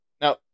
Now